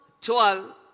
twelve